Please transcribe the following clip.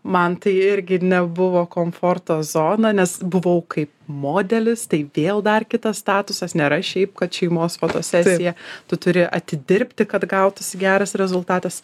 man tai irgi nebuvo komforto zona nes buvau kaip modelis tai vėl dar kitas statusas nėra šiaip kad šeimos fotosesija tu turi atidirbti kad gautųsi geras rezultatas